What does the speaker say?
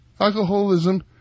alcoholism